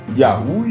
yahoo